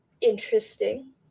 Interesting